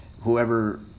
Whoever